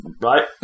Right